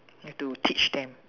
have to teach them